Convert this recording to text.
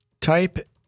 type